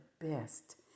best